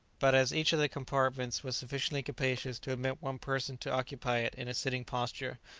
but as each of the compartments was sufficiently capacious to admit one person to occupy it in a sitting posture,